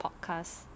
podcast